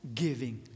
giving